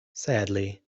sadly